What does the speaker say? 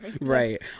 Right